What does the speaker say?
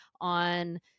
on